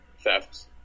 thefts